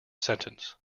sentence